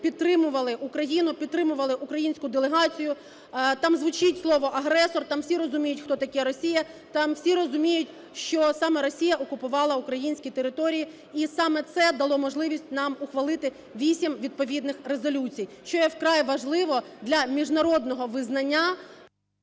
підтримували Україну, підтримували українську делегацію. Там звучить слово "агресор", там всі розуміють, хто така Росія, там всі розуміють, що саме Росія окупувала українські території. І саме це дало можливість нам ухвалити 8 відповідних резолюцій, що є вкрай важливо для міжнародного визнання…